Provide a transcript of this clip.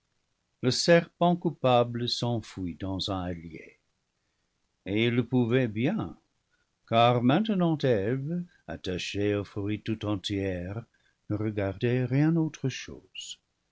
le serpent coupable s'enfuit dans un hallier et il le pouvait bien car maintenant eve attachée au fruit tout entière ne regardait rien autre chose